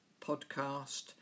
podcast